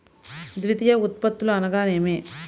ద్వితీయ ఉత్పత్తులు అనగా నేమి?